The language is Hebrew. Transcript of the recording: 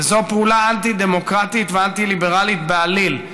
וזו פעולה אנטי-דמוקרטית ואנטי-ליברלית בעליל,